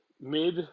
mid